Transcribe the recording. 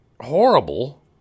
horrible